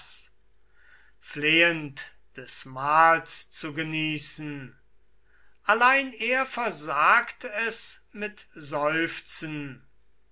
flehend des mahls zu genießen allein er versagt es mit seufzen